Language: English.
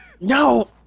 No